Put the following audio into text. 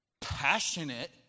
passionate